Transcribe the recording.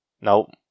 Nope